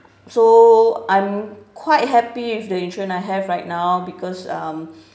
so I'm quite happy with the insurance I have right now because um